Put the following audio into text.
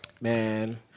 Man